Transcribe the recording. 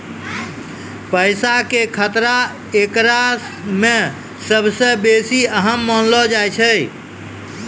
पैसा के खतरा एकरा मे सभ से बेसी अहम मानलो जाय छै